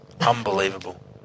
unbelievable